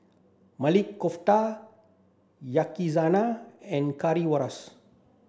Maili Kofta Yakizakana and Currywurst